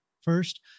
First